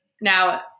now